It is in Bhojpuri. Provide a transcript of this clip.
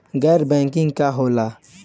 गैर बैंकिंग का होला?